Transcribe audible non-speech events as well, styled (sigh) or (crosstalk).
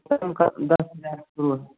कम से कम का दस हज़ार (unintelligible) है